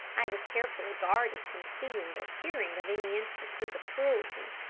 i was carefully guarded from seeing or hearing of any instances of cruelty.